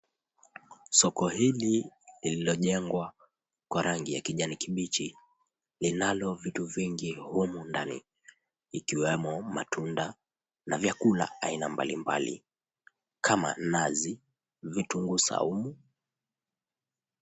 Soko hili lililojengwa kwa rangi ya kijani kibichi, linalo vitu vingi humu ndani. Ikiwemo; matunda na vyakula aina mbalimbali, kama nazi vitunguu saumu.